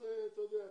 אז אתה יודע,